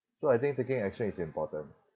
so I think taking action is important